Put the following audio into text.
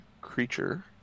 creature